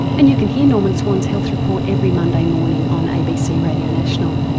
and you can hear norman swan's health report every monday morning on abc radio national.